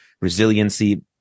resiliency